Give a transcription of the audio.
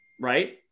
right